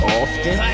often